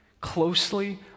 closely